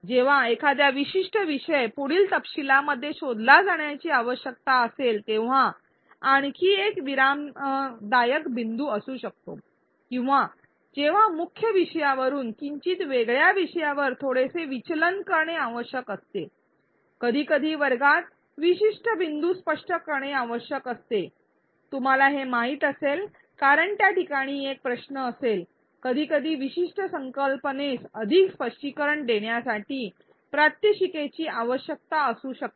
जेव्हा एखादा विशिष्ट विषय पुढील तपशिलामध्ये शोधला जाण्याची आवश्यकता असेल तेव्हा आणखी एक विरामदायक बिंदू असू शकतो किंवा जेव्हा मुख्य विषयावरुन किंचित वेगळ्या विषयावर थोडेसे विचलन करणे आवश्यक असते कधीकधी वर्गात विशिष्ट बिंदू स्पष्ट करणे आवश्यक असते तुम्हाला हे माहित असेल कारण त्या ठिकाणी एक प्रश्न असेल कधीकधी विशिष्ट संकल्पनेस अधिक स्पष्टीकरण देण्यासाठी प्रात्यक्षिकेची आवश्यकता असू शकते